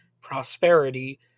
prosperity